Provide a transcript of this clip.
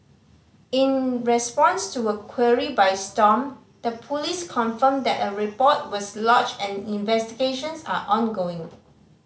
in response to a query by Stomp the police confirmed that a report was lodged and investigations are ongoing